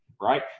right